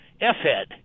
F-head